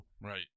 Right